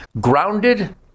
Grounded